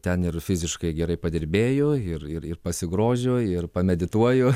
ten ir fiziškai gerai padirbėju ir ir ir pasigrožiu ir pamedituoju